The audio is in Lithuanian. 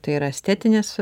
tai yra estetinės